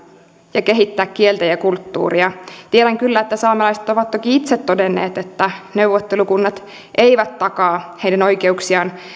ja kehittää kieltä ja kulttuuria tiedän kyllä että saamelaiset ovat toki itse todenneet että neuvottelukunnat eivät takaa heidän oikeuksiaan